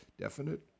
definite